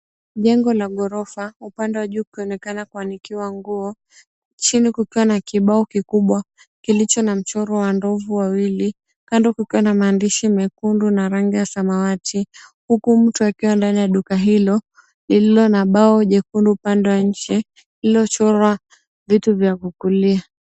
Jengo la ghorofa upande wa juu kukionekana kuanikiwa nguo. Chini kukiwa na kibao kikubwa kilicho na mchoro wa ndovu wawili. Kando kukiwa na maandishi mekundu na rangi ya samawati, huku mtu akiwa ndani ya duka hilo, lililo na bao jekundu upande wa nje lililochorwa vitu vya kukulia.